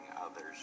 others